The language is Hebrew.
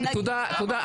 תודה.